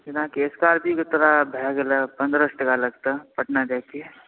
जेना स्कॉर्पियोके तोरा भऽ गेलो पन्द्रह सए टाका लगतो पटना जाइके